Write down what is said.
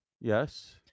Yes